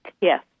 Yes